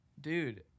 dude